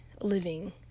living